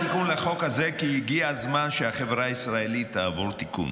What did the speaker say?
אני מגיש את התיקון לחוק הזה כי הגיע הזמן שהחברה הישראלית תעבור תיקון.